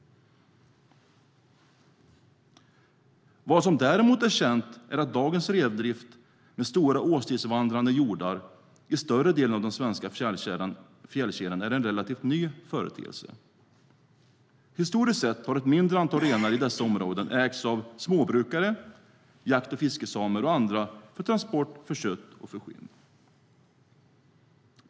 Vad som däremot är känt är att dagens rendrift med stora årstidsvandrande hjordar i större delen av den svenska fjällkedjan är en relativt ny företeelse. Historiskt sett har ett mindre antal renar i dessa områden ägts av småbrukare, av jakt och fiskesamer och av andra för transport, för kött och för skinn.